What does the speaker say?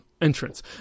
entrance